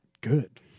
good